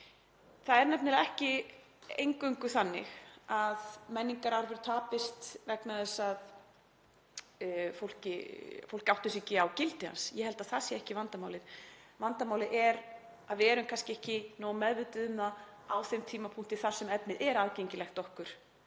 Það er nefnilega ekki eingöngu þannig að menningararfur tapist vegna þess að fólk áttar sig ekki á gildi hans. Ég held að það sé ekki vandamálið. Vandamálið er að við erum kannski ekki nógu meðvituð um það á þeim tímapunkti þar sem efnið er aðgengilegt okkur,